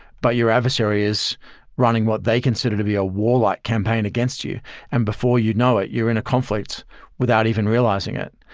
but your adversary is running what they consider to be a warlike campaign against you and before you know it, you're in a conflict without even realizing it.